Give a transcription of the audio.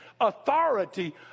authority